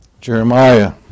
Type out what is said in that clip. Jeremiah